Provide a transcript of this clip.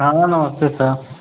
हाँ हाँ नमस्ते सर